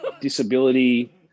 disability